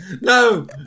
No